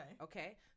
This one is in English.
Okay